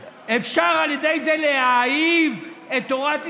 אפשר על ידי זה להעיב על תורת ישראל,